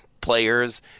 players